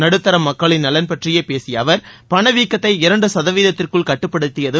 நடுத்தர மக்களின் நலன் பற்றி பேசிய அவர் பனவீக்கத்தை இரண்டு சதவீதத்திற்குள் கட்டுப்படுத்தியது